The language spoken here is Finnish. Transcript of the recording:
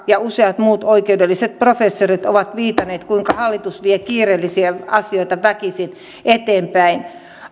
ja useat muut oikeudelliset professorit ovat viitanneet kuinka hallitus vie kiireellisiä asioita väkisin eteenpäin